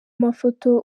mafoto